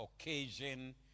occasion